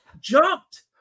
jumped